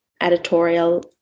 editorial